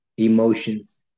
emotions